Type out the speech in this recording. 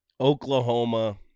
Oklahoma